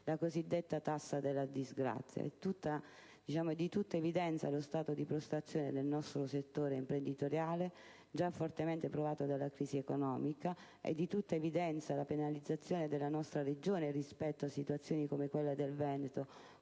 stenografico 21 luglio 2011 E[]di tutta evidenza lo stato di prostrazione del settore imprenditoriale, gia fortemente provato dalla crisi economica; edi tutta evidenza la penalizzazione della nostra Regione rispetto a situazioni, come quella del Veneto,